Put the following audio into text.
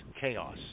chaos